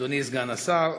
אדוני סגן השר,